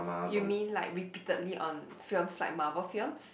you mean like repeatedly on films like Marvel films